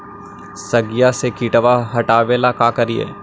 सगिया से किटवा हाटाबेला का कारिये?